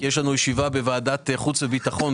יש לנו ישיבה בוועדת החוץ והביטחון,